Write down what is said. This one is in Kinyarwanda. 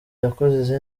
yakoze